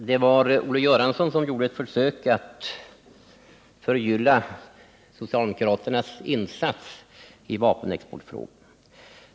Herr talman! Olle Göransson gjorde ett försök att förgylla socialdemokraternas insats i vapenexportfrågan.